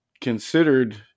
considered